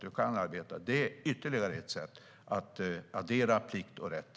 Det är ytterligare ett sätt att addera plikt och rätt.